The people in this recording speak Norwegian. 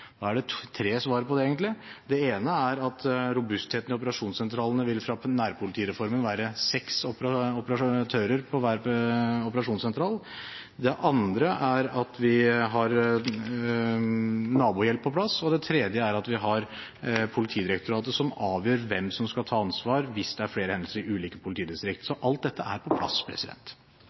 er det tre svar på, egentlig. Det ene er robustheten i operasjonssentralene, at etter nærpolitireformen vil det være seks operatører på hver operasjonssentral. Det andre er at vi har nabohjelp på plass. Det tredje er at vi har Politidirektoratet, som avgjør hvem som skal ta ansvar, hvis det er flere hendelser i ulike politidistrikt.